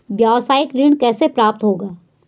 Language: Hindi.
व्यावसायिक ऋण कैसे प्राप्त होगा?